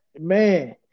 man